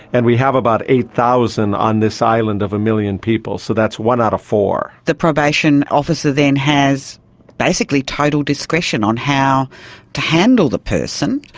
and we have about eight thousand on this island of a million people, so that's one out of four. the probation officer then has basically total discretion on how to handle the person.